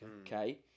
okay